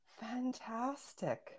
fantastic